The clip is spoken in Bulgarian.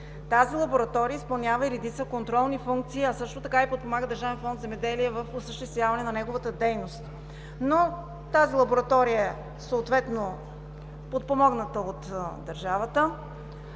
Тази лаборатория изпълнява и редица контролни функции, а също така и подпомага Държавен фонд „Земеделие“ в осъществяване на неговата дейност. Но тази лаборатория, съответно подпомогната от държавата